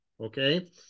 okay